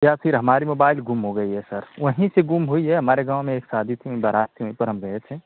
या फिर हमारी मोबाइल गुम हो गई है सर वहीं से गुम हुई है हमारे गाँव में एक शादी थी बारात थी वहीं पर हम गए थे